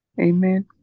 Amen